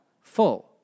full